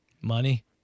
Money